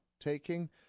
taking